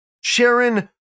Sharon